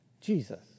Jesus